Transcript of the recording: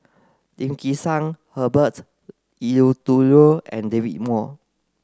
Lim Kim San Herbert Eleuterio and David Wong